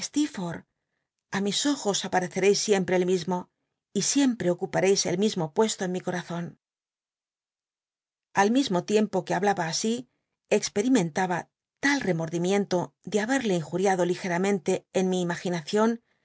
á mis ojos apatcccrcis siempre el mismo y siempre ocupareis el mismo puesto en mi eorawn al mismo tiem po que hablaba así expetimen'iado ligetaba tal remordimiento de babel'le injur ramente en mi imaginacion